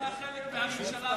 אתה חלק מהממשלה,